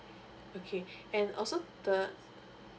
okay and also the